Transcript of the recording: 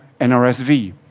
NRSV